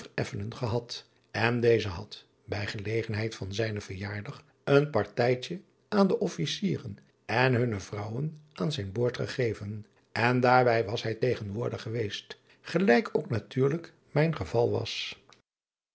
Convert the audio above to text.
vereffenen gehad en deze had bij gelegenheid van zijnen verjaardag een partijtje aan de fficieren en hunne vrouwen aan zijn boord gegeven en daarbij was hij tegenwoordig geweest gelijk ook natuurlijk mijn geval was